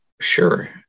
sure